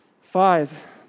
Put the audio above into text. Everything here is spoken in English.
Five